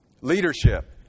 Leadership